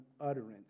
utterance